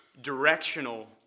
directional